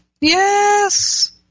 Yes